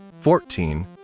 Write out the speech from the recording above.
fourteen